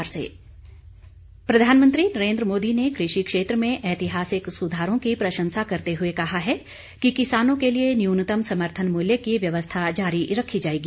प्रधानमंत्री प्रधानमंत्री नरेन्द्र मोदी ने कृषि क्षेत्र में ऐतिहासिक सुधारों की प्रशंसा करते हुए कहा है कि किसानों के लिए न्यूनतम समर्थन मूल्य की व्यवस्था जारी रखी जाएगी